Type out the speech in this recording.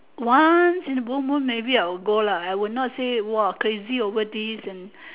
once in a blue moon maybe I will go lah I will not say !wah! crazy over this and